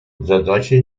задача